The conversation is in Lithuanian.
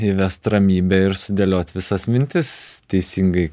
įvest ramybę ir sudėliot visas mintis teisingai